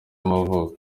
y’amavuko